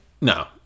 No